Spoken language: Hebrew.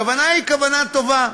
הכוונה היא כוונה טובה.